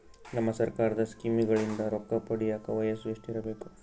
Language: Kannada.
ನಮ್ಮ ಸರ್ಕಾರದ ಸ್ಕೀಮ್ಗಳಿಂದ ರೊಕ್ಕ ಪಡಿಯಕ ವಯಸ್ಸು ಎಷ್ಟಿರಬೇಕು?